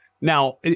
Now